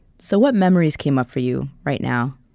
so what memories came up for you right now?